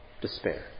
despair